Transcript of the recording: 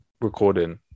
recording